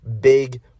Big